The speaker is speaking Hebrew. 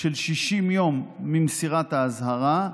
של 60 יום ממסירת האזהרה,